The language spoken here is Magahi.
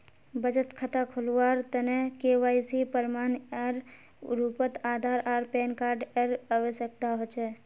बचत खता खोलावार तने के.वाइ.सी प्रमाण एर रूपोत आधार आर पैन कार्ड एर आवश्यकता होचे